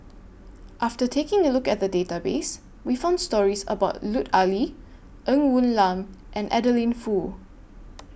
after taking A Look At The Database We found stories about Lut Ali Ng Woon Lam and Adeline Foo